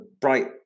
bright